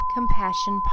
Compassion